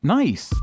nice